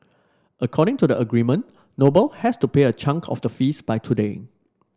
according to the agreement Noble has to pay a chunk of the fees by today